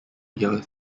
year